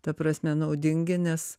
ta prasme naudingi nes